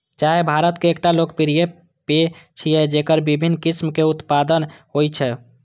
चाय भारत के एकटा लोकप्रिय पेय छियै, जेकर विभिन्न किस्म के उत्पादन होइ छै